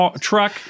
truck